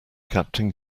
captain